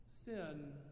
Sin